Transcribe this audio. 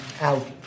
out